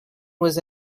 was